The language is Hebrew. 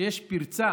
כשיש פרצה